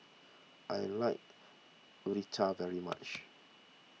I like Raita very much